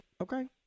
Okay